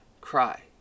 Cry